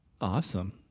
awesome